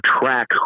track